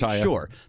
Sure